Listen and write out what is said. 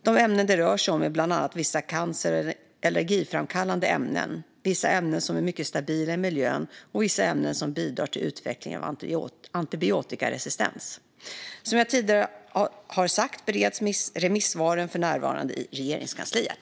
De ämnen det rör sig om är bland andra vissa cancer eller allergiframkallande ämnen, vissa ämnen som är mycket stabila i miljön och vissa ämnen som bidrar till utvecklingen av antibiotikaresistens. Som jag tidigare har sagt bereds remissvaren för närvarande i Regeringskansliet.